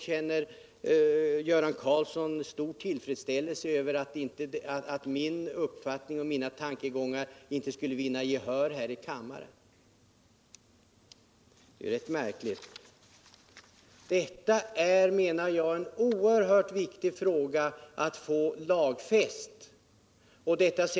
Kan Göran Karlsson känna stor tillfredsställelse över att min uppfattning och mina tankegångar inte skulle vinna gehör här i kammaren? Det är i så fall rätt märkligt. Jag menar att detta är en oerhört viktig fråga att få lagfäst.